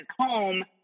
home